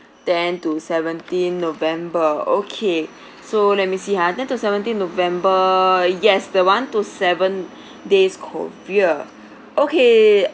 ten to seventeenth november okay so let me see ha ten to seventeenth november yes the one to seven days korea okay